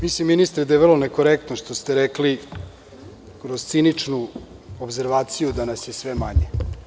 Mislim, ministre, da je vrlo nekorektno što ste rekli kroz ciničnu opservaciju, da nas je sve manje.